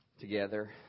together